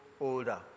older